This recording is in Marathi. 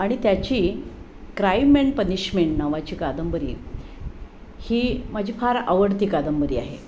आणि त्याची क्राईम अँड पनिशमेंट नावाची कादंबरी आहे ही माझी फार आवडती कादंबरी आहे